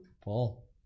Paul